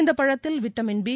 இந்த பழத்தில் vitamin B